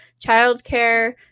Childcare